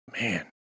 Man